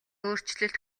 өөрчлөлт